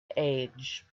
age